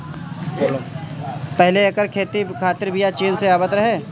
पहिले एकर खेती खातिर बिया चीन से आवत रहे